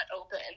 open